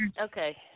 Okay